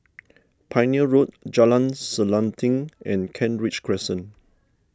Pioneer Road Jalan Selanting and Kent Ridge Crescent